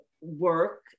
work